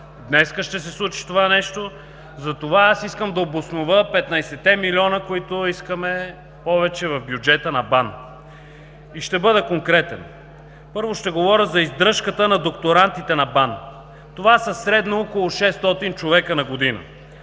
днес ще се случи това нещо. Затова искам да обоснова 15-те милиона, които искаме повече в бюджета на БАН и ще бъда конкретен. Първо ще говоря за издръжката на докторантите на БАН. Това са средно около 600 човека на година.